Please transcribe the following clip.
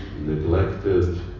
neglected